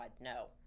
no